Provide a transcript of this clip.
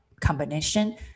combination